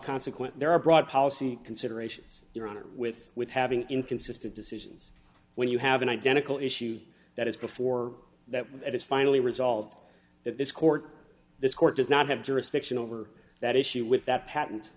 consequence there are broad policy considerations your honor with with having inconsistent decisions when you have an identical issue that is before that it is finally resolved that this court this court does not have jurisdiction over that issue with that p